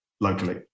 locally